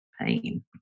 pain